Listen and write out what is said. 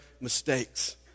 mistakes